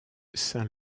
saint